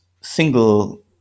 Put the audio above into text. single